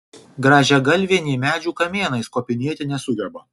grąžiagalvė nė medžių kamienais kopinėti nesugeba